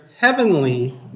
heavenly